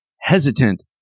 hesitant